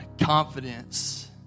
confidence